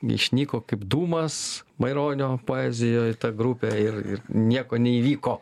išnyko kaip dūmas maironio poezijoj ta grupė ir ir nieko neįvyko